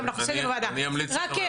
עמיחי